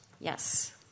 Yes